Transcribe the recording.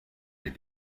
les